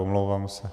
Omlouvám se.